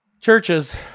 churches